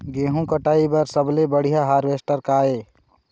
गेहूं कटाई बर सबले बढ़िया हारवेस्टर का ये?